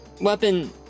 Weapon